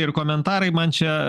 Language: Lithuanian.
ir komentarai man čia